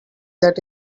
that